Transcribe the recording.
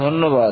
ধন্যবাদ